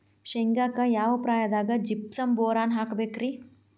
ಶೇಂಗಾಕ್ಕ ಯಾವ ಪ್ರಾಯದಾಗ ಜಿಪ್ಸಂ ಬೋರಾನ್ ಹಾಕಬೇಕ ರಿ?